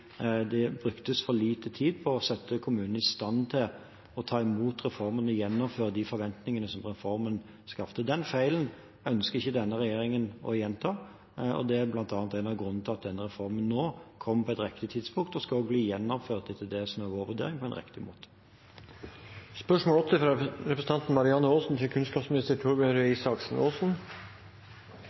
tid på å sette kommunene i stand til å ta imot reformen og gjennomføre de forventningene som reformen skapte. Den feilen ønsker ikke denne regjeringen å gjenta, og det er bl.a. en av grunnene til at denne reformen kom på et riktig tidspunkt og skal bli gjennomført, etter det som er vår vurdering, på en riktig måte.